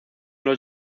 los